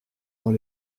dans